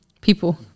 People